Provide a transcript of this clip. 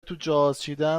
توجهازچیدن